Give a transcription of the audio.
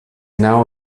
now